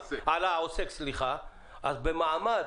אז במעמד